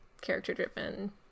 character-driven